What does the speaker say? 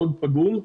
מאוד פגום,